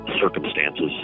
circumstances